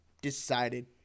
decided—